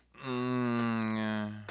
Mmm